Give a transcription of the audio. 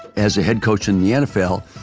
as a head coach in the nfl,